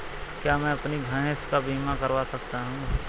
क्या मैं अपनी भैंस का बीमा करवा सकता हूँ?